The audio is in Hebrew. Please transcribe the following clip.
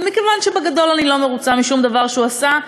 ומכיוון שבגדול אני לא מרוצה משום דבר שהוא עשה,